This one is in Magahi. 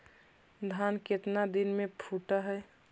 धान केतना दिन में फुट है?